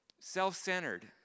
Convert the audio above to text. self-centered